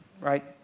right